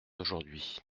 aujourd’hui